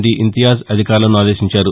D Imtiaz అధికారులను ఆదేశించారు